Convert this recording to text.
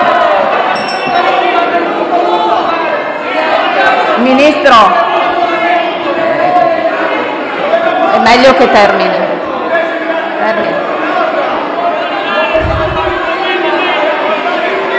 Ministro, è meglio che termini.